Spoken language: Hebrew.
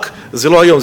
זה לא היום,